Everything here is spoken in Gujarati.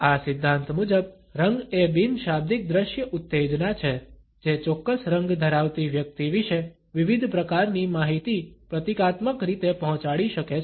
આ સિદ્ધાંત મુજબ રંગ એ બિન શાબ્દિક દ્રશ્ય ઉત્તેજના છે જે ચોક્કસ રંગ ધરાવતી વ્યક્તિ વિશે વિવિધ પ્રકારની માહિતી પ્રતીકાત્મક રીતે પહોંચાડી શકે છે